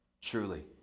Truly